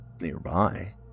nearby